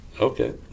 Okay